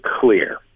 clear